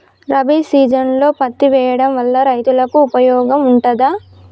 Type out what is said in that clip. రబీ సీజన్లో పత్తి వేయడం వల్ల రైతులకు ఉపయోగం ఉంటదా?